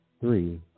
three